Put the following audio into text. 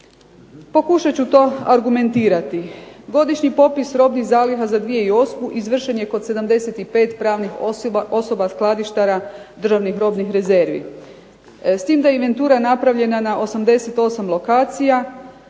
Pokušat ću to argumentirati. Godišnji popis robnih zaliha za 2008. izvršen je kod 75 pravnih osoba skladištara državnih robnih rezervi, s tim da je inventura napravljena na 88 lokacija.